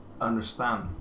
understand